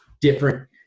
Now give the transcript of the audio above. different